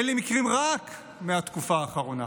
אלה מקרים רק מהתקופה האחרונה.